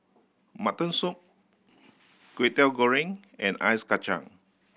mutton soup Kway Teow Goreng and Ice Kachang